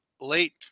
late